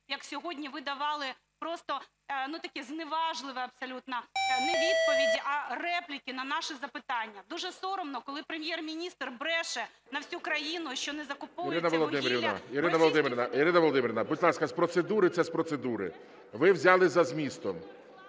як сьогодні ви давали просто ну такі зневажливі абсолютно не відповіді, а репліки на наші запитання. Дуже соромно, коли Прем'єр-міністр бреше на всю країну, що не закуповується вугілля в Російській Федерації… ГОЛОВУЮЧИЙ. Ірина Володимирівна… Ірина Володимирівна, будь ласка, з процедури – це з процедури, ви взяли за змістом.